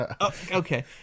okay